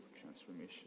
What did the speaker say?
transformation